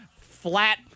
flat